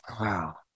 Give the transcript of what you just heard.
Wow